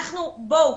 בואו,